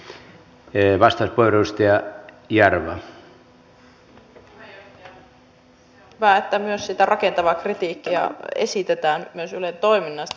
se on hyvä että myös sitä rakentavaa kritiikkiä esitetään myös ylen toiminnasta